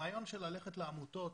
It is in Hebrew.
הרעיון של ללכת לעמותות,